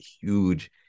huge